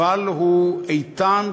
אבל הוא איתן,